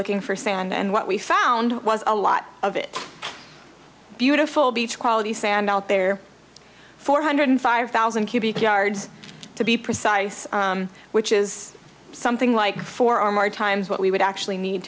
looking for sand and what we found was a lot of it beautiful beach quality sand out there four hundred five thousand cubic yards to be precise which is something like four or more times what we would actually need